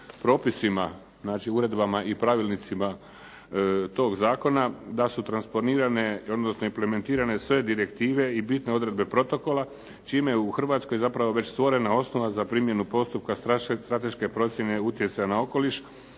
propisima, znači uredbama i pravilnicima toga zakona da su transponirane, odnosno implementirane sve direktive i bitne odredbe protokola, čime je u Hrvatskoj zapravo već stvorena osnova za primjenu postupka strateške procjene utjecaja na okoliš